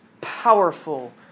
powerful